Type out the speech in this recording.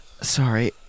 sorry